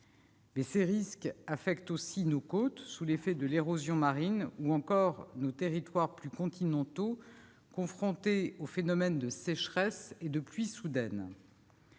Mais ces risques affectent aussi nos côtes, sous l'effet de l'érosion marine, ou encore nos territoires plus continentaux, confrontés aux phénomènes de sécheresse et de pluies soudaines.